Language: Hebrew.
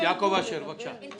יעקב אשר, בבקשה.